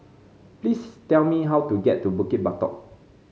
please tell me how to get to Bukit Batok